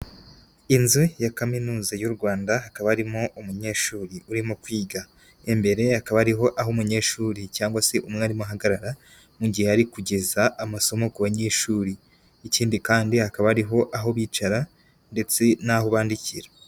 Inzu ya Kaminuza y'u Rwanda, hakaba arimo umunyeshuri urimo kwiga, imbere ye hakaba hariho aho umunyeshuri cyangwa se umwarimu ahagarara mu gihe ari kugeza amasomo ku banyeshuri. Ikindi kandi hakaba hariho aho bicara ndetse n'aho bandikira.